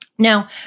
Now